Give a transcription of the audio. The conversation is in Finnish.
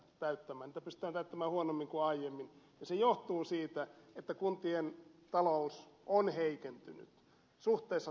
niitä pystytään täyttämään huonommin kuin aiemmin ja se johtuu siitä että kuntien talous on heikentynyt suhteessa tarpeeseen